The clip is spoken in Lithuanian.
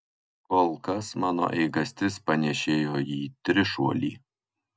kol kas mano eigastis panėšėjo į trišuolį